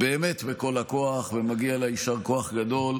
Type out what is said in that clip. באמת בכל הכוח, ומגיע לה יישר כוח גדול,